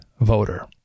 voter